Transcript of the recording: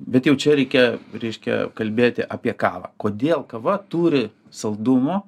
bet jau čia reikia reiškia kalbėti apie kavą kodėl kava turi saldumo